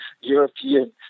European